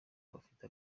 bafite